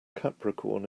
capricorn